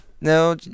no